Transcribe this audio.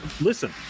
listen